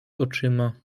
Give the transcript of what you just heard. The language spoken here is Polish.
oczyma